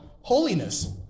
holiness